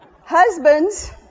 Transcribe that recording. Husbands